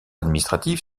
administratif